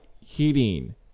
heating